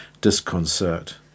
disconcert